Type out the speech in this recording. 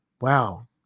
wow